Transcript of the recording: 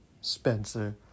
Spencer